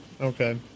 okay